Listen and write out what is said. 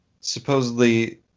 supposedly